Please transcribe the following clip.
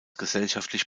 gesellschaftlich